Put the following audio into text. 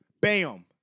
Bam